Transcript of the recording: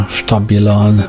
stabilan